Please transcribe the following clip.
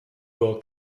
will